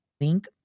link